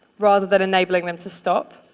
rather than enabling them to stop.